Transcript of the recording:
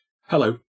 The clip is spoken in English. hello